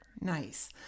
Nice